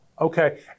Okay